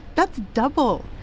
that's double.